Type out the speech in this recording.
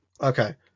Okay